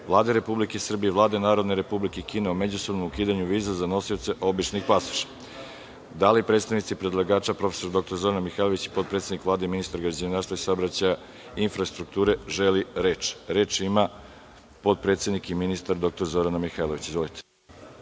Vlade Republike Srbije i Vlade Narodne Republike Kine o međusobnom ukidanju viza za nosioce običnih pasoša. Da li predstavnici predlagača prof. dr Zorana Mihajlović, potpredsednik Vlade i ministar građevinarstva, saobraćaja i infrastrukture, želi reč? Reč ima narodni poslanik potpredsednik i ministar Zorana Mihajlović.